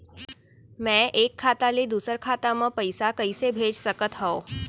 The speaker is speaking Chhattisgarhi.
मैं एक खाता ले दूसर खाता मा पइसा कइसे भेज सकत हओं?